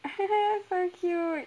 so cute